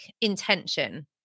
intention